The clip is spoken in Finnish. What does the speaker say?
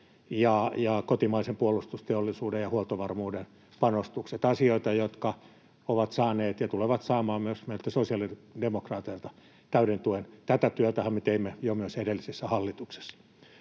ja kotimaisen puolustusteollisuuden ja huoltovarmuuden panostukset — asioita, jotka ovat saaneet ja tulevat saamaan myös meiltä sosiaalidemokraateilta täyden tuen. Tätä työtähän me teimme myös edellisessä hallituksessa.